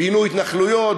פינוי התנחלויות,